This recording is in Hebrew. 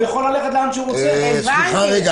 אני מבין.